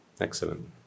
Excellent